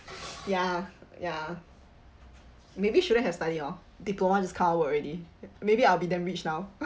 ya ya maybe shouldn't have study hor diploma just kind of work already maybe I'll be damn rich now